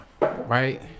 right